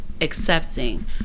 accepting